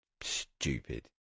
stupid